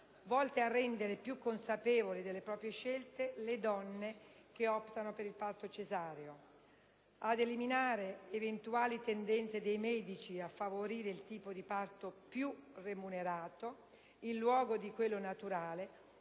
volte a rendere più consapevoli delle proprie scelte le donne che optano per il parto cesareo; ad eliminare eventuali tendenze dei medici a favorire il tipo di parto più remunerato in luogo di quello naturale,